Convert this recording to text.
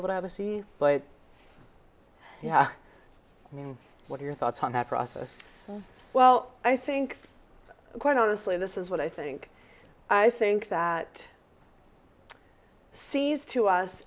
able to have a c but yeah i mean what are your thoughts on that process well i think quite honestly this is what i think i think that seems to us